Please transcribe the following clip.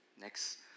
Next